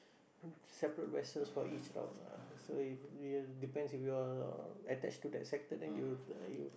separate vessels for each route ah so if you're depends if you are attached to that sector then you you